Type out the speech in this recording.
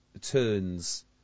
turns